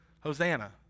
Hosanna